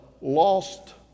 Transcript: lost